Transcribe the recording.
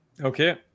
Okay